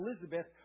Elizabeth